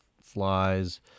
flies